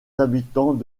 habitants